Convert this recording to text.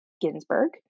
Ginsburg